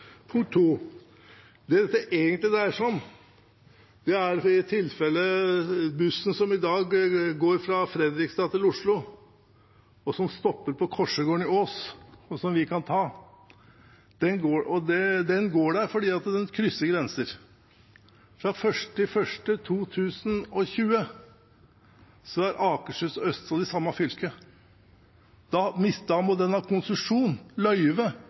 dag går fra Fredrikstad til Oslo, som stopper på Korsegården i Ås, og som vi kan ta. Den går der fordi den krysser grenser. Fra 1. januar 2020 er Akershus og Østfold i samme fylke. Da må den ha konsesjon – løyve – for å kjøre den ruten. Det betyr at ekspressbussen mister et kundegrunnlag, med mindre Viken fylkeskommune skulle vedta at de fortsatt skal få konsesjon.